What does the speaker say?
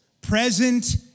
present